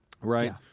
right